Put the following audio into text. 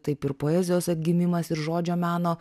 taip ir poezijos atgimimas ir žodžio meno